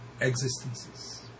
existences